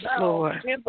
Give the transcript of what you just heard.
Lord